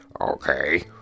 okay